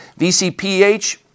VCPH